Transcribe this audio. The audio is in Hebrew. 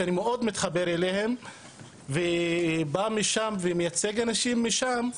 שאני מאוד מתחבר אליהם ובא משם ומייצג אנשים משם,